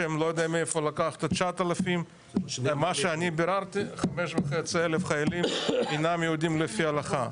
שאני לא יודע מאיפה לקחת 9,000. 5,500 חיילים אינם יהודים לפי ההלכה.